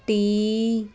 T